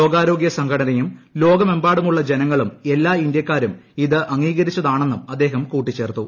ലോകാരോഗ്യ സംഘടനയും ലോകമെമ്പാടുമുള്ള ജനങ്ങളും എല്ലാ ഇന്ത്യാക്കാരും ഇത് അംഗീകരിച്ചതാണെന്നും അദ്ദേഹം കൂട്ടിച്ചേർത്തു